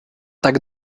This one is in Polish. tak